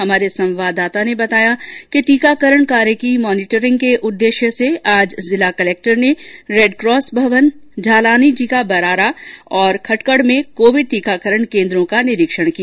हमारे संवाददाता ने बताया कि टीकाकरण कार्य की मॉनीटरिंग के उद्देश्य से आज जिला कलक्टर ने रैडक्रॉस भवन झााली जी का बराना और खटकड़ में कोविड टीकाकरण केन्द्रों का निरीक्षण किया